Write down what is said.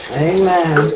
Amen